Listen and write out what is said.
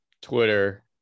Twitter